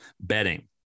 Betting